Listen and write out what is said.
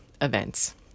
events